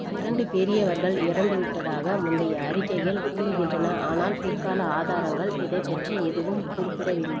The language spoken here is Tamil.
இரண்டு பெரியவர்கள் இறந்துவிட்டதாக முந்தைய அறிக்கைகள் கூறுகின்றன ஆனால் பிற்கால ஆதாரங்கள் இதைப் பற்றி எதுவும் குறிப்பிடவில்லை